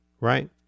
Right